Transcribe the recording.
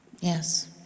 Yes